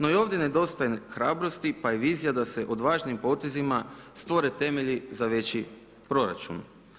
No i ovdje nedostaje hrabrosti, pa i vizija da se o važnim potezima stvore temelji za veći proračun.